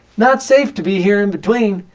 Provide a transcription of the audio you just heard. not safe to be here in between.